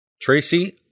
Tracy